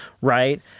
right